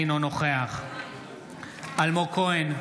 אינו נוכח אלמוג כהן,